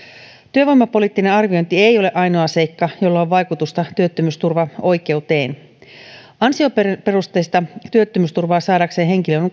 työvoimapoliittinen arviointi ei ole ainoa seikka jolla on vaikutusta työttömyysturvaoikeuteen ansioperusteista työttömyysturvaa saadakseen henkilön